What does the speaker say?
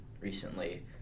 recently